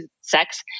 sex